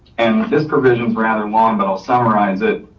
and this provision is rather long, but i'll summarize it.